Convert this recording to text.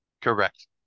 Correct